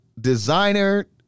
designer